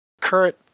current